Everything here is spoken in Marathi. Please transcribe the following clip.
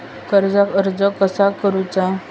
कर्जाक अर्ज कसा करुचा?